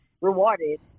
rewarded